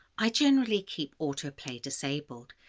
i generally keep autoplay disabled,